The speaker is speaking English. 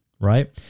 right